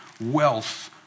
wealth